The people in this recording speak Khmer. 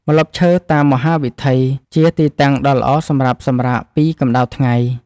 ម្លប់ឈើតាមមហាវិថីជាទីតាំងដ៏ល្អសម្រាប់សម្រាកពីកម្ដៅថ្ងៃ។